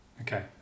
Okay